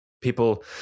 People